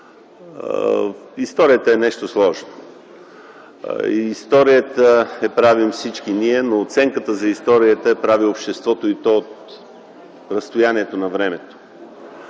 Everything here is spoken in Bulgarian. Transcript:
Историята е нещо сложно. Историята я правим всички ние, но оценката за историята я прави обществото, и то от разстоянието на времето.